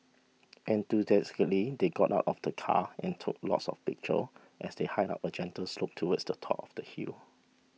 enthusiastically they got out of the car and took lots of pictures as they hiked up a gentle slope towards the top of the hill